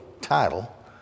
title